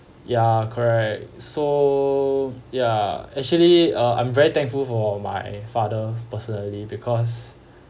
ya correct so ya actually uh I'm very thankful for my father personally because